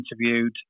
interviewed